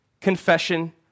confession